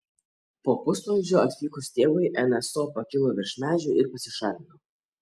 po pusvalandžio atvykus tėvui nso pakilo virš medžių ir pasišalino